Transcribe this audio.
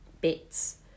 bits